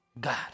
God